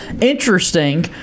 interesting